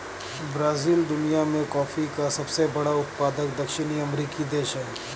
Brazil दुनिया में coffee का सबसे बड़ा उत्पादक दक्षिणी अमेरिकी देश है